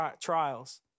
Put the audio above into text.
trials